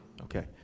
Okay